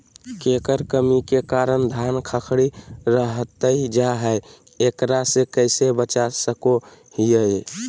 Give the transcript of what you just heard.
केकर कमी के कारण धान खखड़ी रहतई जा है, एकरा से कैसे बचा सको हियय?